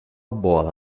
bola